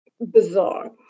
bizarre